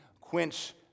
quench